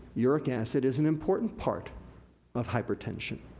uric acid is an important part of hypertension.